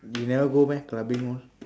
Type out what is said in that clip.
you never go meh clubbing all